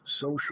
social